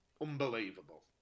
Unbelievable